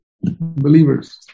believers